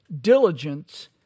diligence